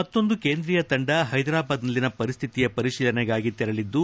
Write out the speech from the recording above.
ಮತ್ತೊಂದು ಕೇಂದ್ರೀಯ ತಂಡ ಹೈದರಾಬಾದ್ನಲ್ಲಿನ ಪರಿಸ್ಹಿತಿಯ ಪರಿಶೀಲನೆಗಾಗಿ ತೆರಳಿದ್ದು